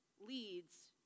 leads